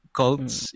cults